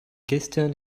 gestern